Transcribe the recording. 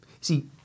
See